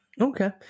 Okay